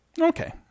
Okay